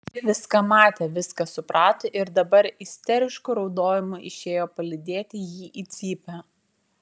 ji viską matė viską suprato ir dabar isterišku raudojimu išėjo palydėti jį į cypę